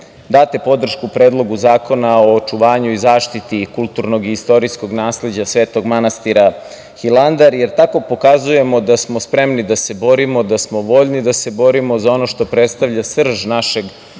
date podršku Predlogu zakona o očuvanju i zaštiti kulturnog i istorijskog nasleđa svetog manastira Hilandar, jer tako pokazujemo da smo spremni da se borimo, da smo voljni da se borimo za ono što predstavlja srž našeg